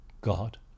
God